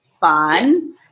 fun